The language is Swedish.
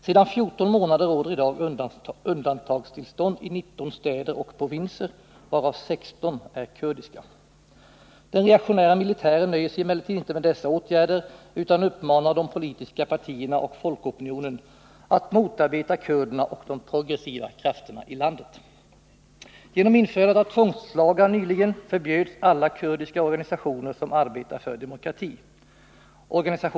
Sedan fjorton månader råder idag undantagstillstånd i 19 städer och provinser varav 16 är kurdiska. Den reaktionära militären nöjer sig emellertid inte med dessa åtgärder utan uppmanar de politiska partierna och folkopinionen att motarbeta kurderna och de progressiva krafterna i landet. Genom införandet av tvångslagar nyligen förbjöds alla kurdiska organisationer, som arbetar för demokrati.